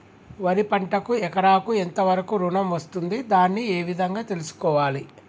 వరి పంటకు ఎకరాకు ఎంత వరకు ఋణం వస్తుంది దాన్ని ఏ విధంగా తెలుసుకోవాలి?